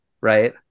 right